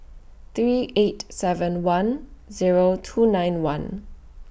three eight seven one Zero two nine one